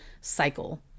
cycle